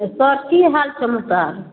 तऽ सर की हाल समाचार